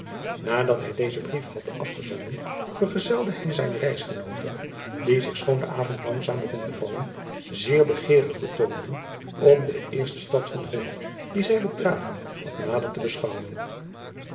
adat hij dezen brief had afgezonden vergezelde hij zijne reisgenooten die zich schoon de avond langzaam begon te vallen zeer begeerig betoonden om de eerste stad van olland die zij betraden wat nader te beschouwen